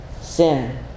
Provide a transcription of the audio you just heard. sin